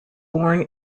born